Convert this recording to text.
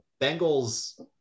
Bengals